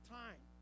time